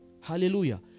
Hallelujah